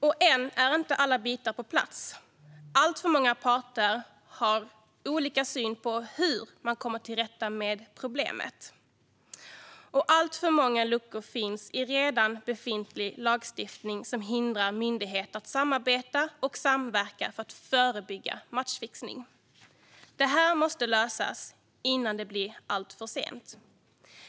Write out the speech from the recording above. Och än är inte alla bitar på plats. Alltför många parter har olika syn på hur man kommer till rätta med problemet. Alltför många luckor finns i redan befintlig lagstiftning, vilket hindrar myndigheter att samarbeta och samverka för att förebygga matchfixning. Detta måste lösas innan det blir för sent.